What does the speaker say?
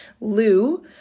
Lou